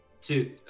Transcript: Two